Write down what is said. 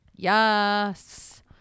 Yes